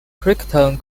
crichton